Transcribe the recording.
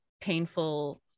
painful